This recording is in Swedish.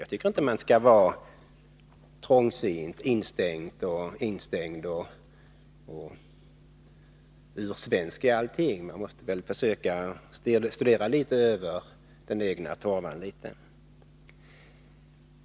Jag tycker inte att man skall vara trångsynt, instängd och ursvensk i allting. Man måste försöka sträva framåt, se litet mer än den egna torvan.